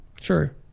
Sure